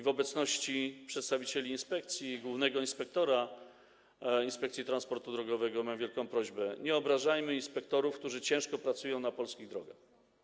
W obecności przedstawicieli inspekcji i głównego inspektora Inspekcji Transportu Drogowego mam wielką prośbę: nie obrażajmy inspektorów, którzy ciężko pracują na polskich drogach.